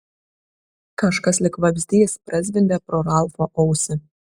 kažkas lyg vabzdys prazvimbė pro ralfo ausį